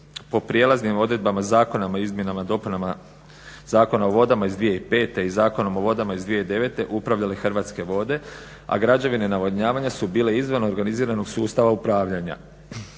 po prijelaznim odredbama Zakona o izmjenama i dopunama Zakona o vodama iz 2005. i Zakona o vodama iz 2009. upravljale Hrvatske vode a građevine navodnjavanja su bile izvan organiziranog sustava upravljanja.